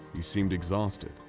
he seemed exhausted,